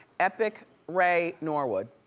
epik ray norwood.